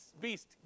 Beast